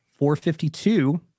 452